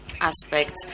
aspects